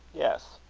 yes.